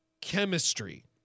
chemistry